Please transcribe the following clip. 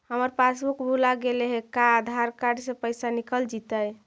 हमर पासबुक भुला गेले हे का आधार कार्ड से पैसा निकल जितै?